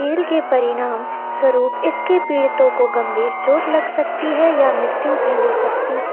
खेल के परिणाम स्वरूप इसके पीड़ितों को गंभीर चोंट लग सकती है या मृत्यु हो सकती है